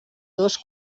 dos